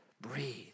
breathe